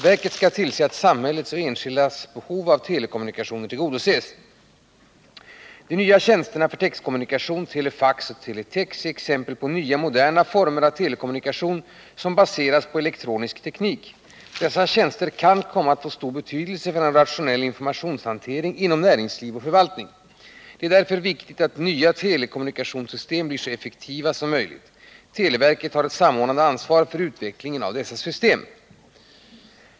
Verket skall tillse att samhällets och enskildas behov av telekommunikationer tillgodoses. De nya tjänsterna för textkommunikation, telefax och teletex, är exempel på nya, moderna former av telekommunikation som baseras på elektronisk teknik. Dessa tjänster kan komma att få stor betydelse för en rationell informationshantering inom näringsliv och förvaltning. Det är därför viktigt att nya telekommunikationssystem blir så effektiva som möjligt. Televerket har ett samordnande ansvar för utvecklingen av dessa system.